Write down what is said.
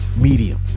Medium